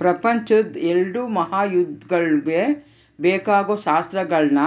ಪ್ರಪಂಚುದ್ ಎಲ್ಡೂ ಮಹಾಯುದ್ದಗುಳ್ಗೆ ಬೇಕಾಗೋ ಶಸ್ತ್ರಗಳ್ನ